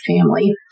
family